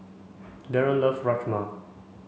Daren love Rajma